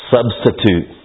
Substitute